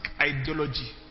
ideology